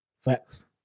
facts